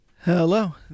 Hello